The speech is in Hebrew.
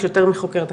יש יותר מחוקרת אחת,